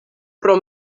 pro